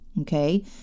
Okay